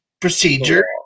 procedure